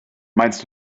meinst